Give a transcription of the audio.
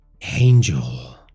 angel